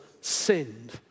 sinned